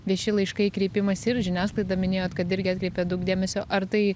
vieši laiškai kreipimąsi ir žiniasklaida minėjot kad irgi atkreipė daug dėmesio ar tai